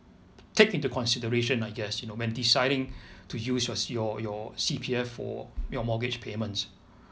take into consideration I guess you know when deciding to use your C~ your your C_P_F for your mortgage payment